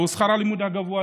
והוא שכר הלימוד הגבוה,